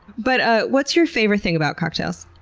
but ah what's your favorite thing about cocktails?